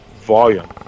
volume